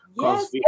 yes